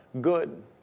good